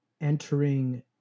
entering